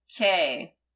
Okay